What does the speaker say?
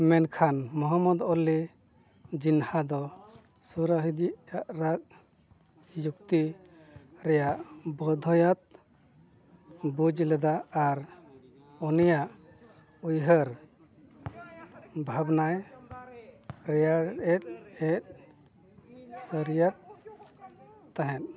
ᱢᱮᱱᱠᱷᱟᱱ ᱢᱚᱦᱚᱢᱢᱚᱫᱽ ᱟᱞᱤ ᱡᱤᱱᱦᱟ ᱫᱚ ᱥᱩᱨᱟᱦᱚᱫᱤᱨᱟᱜ ᱡᱩᱠᱛᱤ ᱨᱮᱱᱟᱜ ᱵᱳᱭᱫᱷᱚᱛᱟᱭ ᱵᱩᱡᱽ ᱞᱮᱫᱟ ᱟᱨ ᱩᱱᱤᱭᱟᱜ ᱩᱭᱦᱟᱹᱨ ᱵᱷᱟᱵᱽᱱᱟᱭ ᱨᱮᱱᱟᱜ ᱮ ᱦᱮᱸ ᱥᱟᱹᱨᱤᱭᱟᱫ ᱛᱟᱦᱮᱸᱫ